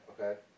Okay